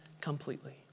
completely